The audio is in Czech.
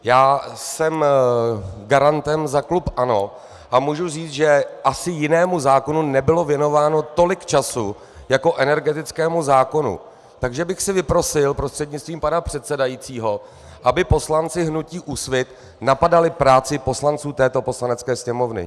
Já jsem garantem za klub ANO a mohu říci, že asi jinému zákonu nebylo věnováno tolik času jako energetickému zákonu, takže bych si vyprosil prostřednictvím pana předsedajícího, aby poslanci hnutí Úsvit napadali práci poslanců této Poslanecké sněmovny.